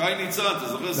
שי ניצן, אתה זוכר?